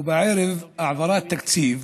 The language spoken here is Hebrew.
ובערב העברת תקציב,